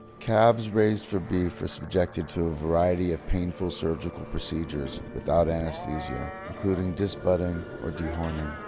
calves raised for beef are subjected to a variety of painful surgical procedures without anaesthesia, including disbudding or dehorning,